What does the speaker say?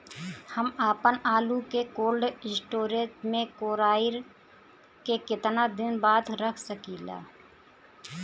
हम आपनआलू के कोल्ड स्टोरेज में कोराई के केतना दिन बाद रख साकिले?